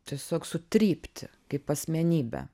tiesiog sutrypti kaip asmenybę